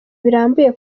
birambuye